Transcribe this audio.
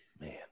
man